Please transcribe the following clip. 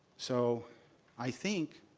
so i think